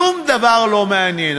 שום דבר לא מעניין.